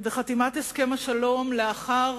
וחתימת הסכם השלום לאחר